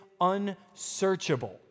unsearchable